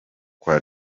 kwa